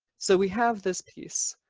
so we have this piece.